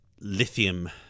Lithium